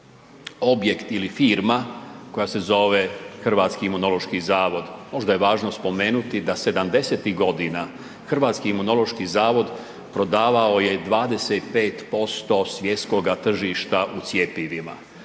objekt ili firma koja se zove Hrvatski imunološki zavod, možda je važno spomenuti da 70-ih godina Hrvatski imunološki zavod prodavao je 25% svjetskoga tržišta u cjepivima.